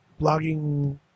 blogging